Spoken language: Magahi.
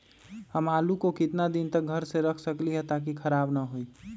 हम आलु को कितना दिन तक घर मे रख सकली ह ताकि खराब न होई?